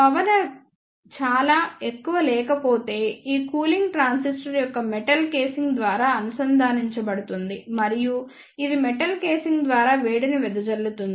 power చాలా ఎక్కువగా లేకపోతే ఈ కూలింగ్ ట్రాన్సిస్టర్ యొక్క మెటల్ కేసింగ్ ద్వారా అందించబడుతుంది మరియు ఇది మెటల్ కేసింగ్ ద్వారా వేడిని వెదజల్లుతుంది